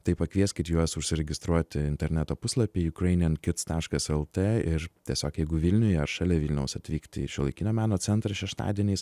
tai pakvieskit juos užsiregistruoti interneto puslapyje jukrainijen kits taškas lt ir tiesiog jeigu vilniuje ar šalia vilniaus atvykti į šiuolaikinio meno centrą šeštadieniais